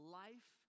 life